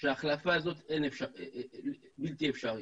שההחלפה הזאת בלתי אפשרית,